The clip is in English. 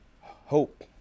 hope